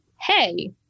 Hey